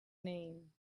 name